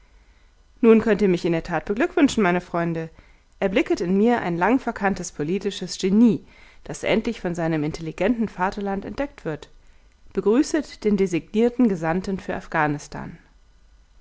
nun könnt ihr mich in der tat beglückwünschen meine freunde erblicket in mir ein lang verkanntes politisches genie das endlich von seinem intelligenten vaterland entdeckt wird begrüßet den designierten gesandten für afghanistan